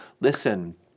listen